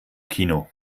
kino